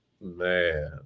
Man